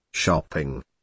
shopping